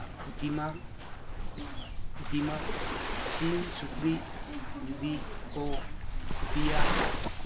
ᱠᱷᱚᱛᱤ ᱢᱟ ᱠᱷᱚᱛᱤ ᱢᱟ ᱥᱤᱢ ᱥᱩᱠᱨᱤ ᱡᱩᱫᱤ ᱠᱚ ᱠᱷᱚᱛᱤᱭᱟ